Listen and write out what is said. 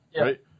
right